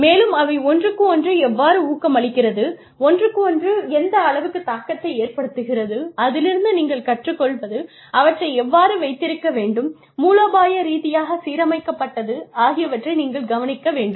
மேலும் அவை ஒன்றுக்கொன்று எவ்வாறு ஊக்கமளிக்கிறது ஒன்றுக்கொன்று எந்த அளவுக்குத் தாக்கத்தை ஏற்படுத்துகிறது அதிலிருந்து நீங்கள் கற்றுக் கொள்வது அவற்றை எவ்வாறு வைத்திருக்க வேண்டும் மூலோபாய ரீதியாகச் சீரமைக்கப்பட்டது ஆகியவற்றை நீங்கள் கவனிக்க வேண்டும்